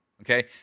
Okay